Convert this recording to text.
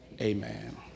amen